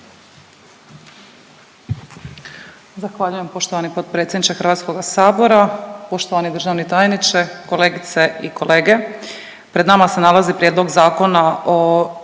Zahvaljujem poštovani potpredsjedniče Hrvatskoga sabora. Poštovani državni tajniče, kolegice i kolege pred nama se nalazi Prijedlog zakona o